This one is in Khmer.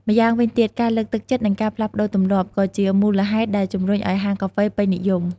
ម្យ៉ាងវិញទៀត ការលើកទឹកចិត្ត និងការផ្លាស់ប្ដូរទម្លាប់ ក៏ជាមូលហេតុដែលជំរុញឱ្យហាងកាហ្វេពេញនិយម។